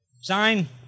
Sign